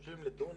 1.30 שקל לדונם,